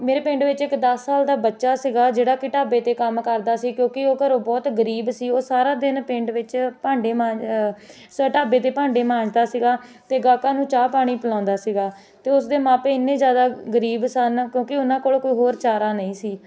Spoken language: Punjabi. ਮੇਰੇ ਪਿੰਡ ਵਿੱਚ ਇੱਕ ਦਸ ਸਾਲ ਦਾ ਬੱਚਾ ਸੀਗਾ ਜਿਹੜਾ ਕਿ ਢਾਬੇ 'ਤੇ ਕੰਮ ਕਰਦਾ ਸੀ ਕਿਉਂਕਿ ਉਹ ਘਰੋਂ ਬਹੁਤ ਗਰੀਬ ਸੀ ਉਹ ਸਾਰਾ ਦਿਨ ਪਿੰਡ ਵਿੱਚ ਭਾਂਡੇ ਮਾਂਜ ਢਾਬੇ 'ਤੇ ਭਾਂਡੇ ਮਾਂਜਦਾ ਸੀਗਾ ਅਤੇ ਗਾਹਕਾਂ ਨੂੰ ਚਾਹ ਪਾਣੀ ਪਿਲਾਉਂਦਾ ਸੀਗਾ ਅਤੇ ਉਸਦੇ ਮਾਪੇ ਇੰਨੇ ਜ਼ਿਆਦਾ ਗਰੀਬ ਸਨ ਕਿਉਂਕਿ ਉਹਨਾਂ ਕੋਲ ਕੋਈ ਹੋਰ ਚਾਰਾਂ ਨਹੀਂ ਸੀ